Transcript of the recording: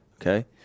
Okay